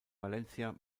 valencia